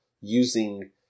using